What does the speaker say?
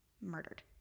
murdered